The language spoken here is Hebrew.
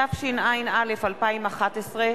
התשע”א 2011,